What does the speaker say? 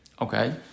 Okay